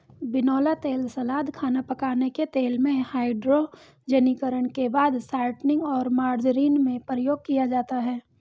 बिनौला तेल सलाद, खाना पकाने के तेल में, हाइड्रोजनीकरण के बाद शॉर्टनिंग और मार्जरीन में प्रयोग किया जाता है